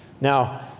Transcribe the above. Now